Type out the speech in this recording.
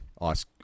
ice